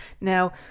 Now